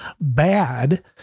bad